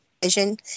vision